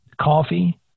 coffee